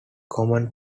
common